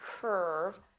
curve